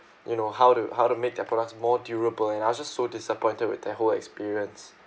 you know how to how to make their products more durable and I was just so disappointed with that whole experience